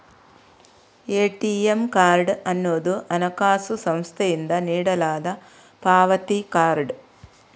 ATM card ಅನ್ನುದು ಹಣಕಾಸು ಸಂಸ್ಥೆಯಿಂದ ನೀಡಲಾದ ಪಾವತಿ ಕಾರ್ಡ್